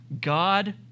God